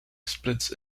splits